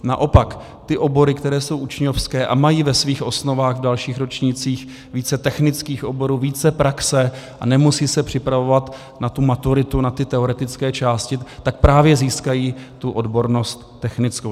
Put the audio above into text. Naopak, ty obory, které jsou učňovské a mají ve svých osnovách v dalších ročnících více technických oborů, více praxe a nemusí se připravovat na tu maturitu, na ty teoretické části, tak právě získají tu odbornost technickou.